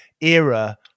era